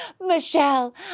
Michelle